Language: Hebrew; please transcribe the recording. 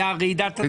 הייתה רעידת אדמה?